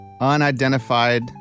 Unidentified